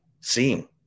seeing